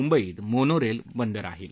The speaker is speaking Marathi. मुंबईत मोनोरस्तिबंद राहील